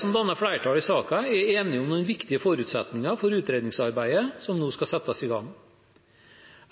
som danner flertall i saken, er enige om noen viktige forutsetninger for utredningsarbeidet som nå skal settes i gang.